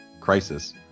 crisis